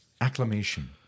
Acclamation